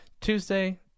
Tuesday